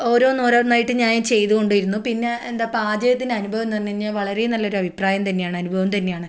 ഓരോന്നോരോന്നായിട്ട് ഞാൻ ചെയ്ത് കൊണ്ടിരുന്നു പിന്നെ എന്താ പാചകത്തിൻ്റെ അനുഭവം എന്ന് പറഞ്ഞു കഴിഞ്ഞാൽ വളരെ നല്ലൊരഭിപ്രായം തന്നെയാണ് അനുഭവം തന്നെയാണ്